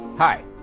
Hi